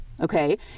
okay